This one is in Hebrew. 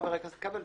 חבר הכנסת כבל,